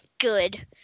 good